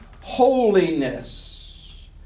holiness